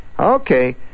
Okay